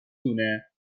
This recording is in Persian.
دونه